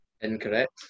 Incorrect